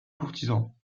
courtisan